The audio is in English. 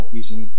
using